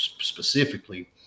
specifically